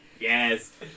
Yes